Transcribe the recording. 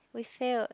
we failed